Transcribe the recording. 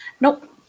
Nope